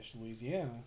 Louisiana